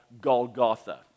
Golgotha